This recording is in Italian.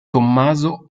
tommaso